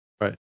Right